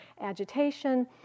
agitation